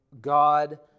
God